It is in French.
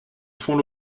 fond